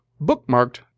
bookmarked